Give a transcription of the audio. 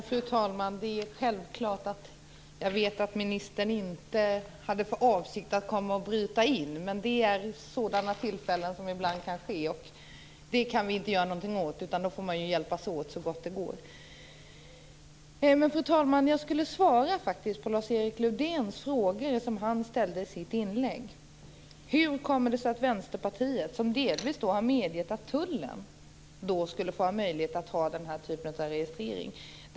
Fru talman! Självklart vet jag att ministern inte hade för avsikt att komma och bryta in, men sådana här tillfällen kan ibland uppstå. Det kan vi inte göra någonting åt, utan då får man hjälpas åt så gott det går. Fru talman! Jag skulle svara på de frågor som Lars-Erik Lövdén ställde i sitt inlägg. Han nämnde att Vänsterpartiet delvis har medgett att tullen skall få ha möjlighet till den här typen av registrering.